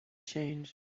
change